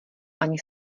ani